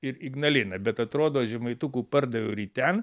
ir ignalina bet atrodo žemaitukų pardaviau ryte